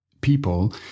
people